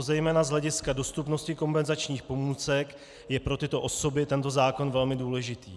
Zejména z hlediska dostupnosti kompenzačních pomůcek je pro tyto osoby tento zákon velmi důležitý.